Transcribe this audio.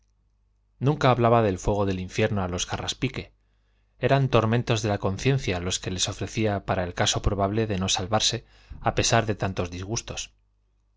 nunca hablaba del fuego del infierno a los carraspique eran tormentos de la conciencia los que les ofrecía para el caso probable de no salvarse a pesar de tantos disgustos